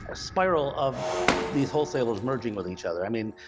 ah spiral of these wholesalers merging with each other. i mean,